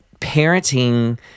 parenting